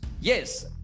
yes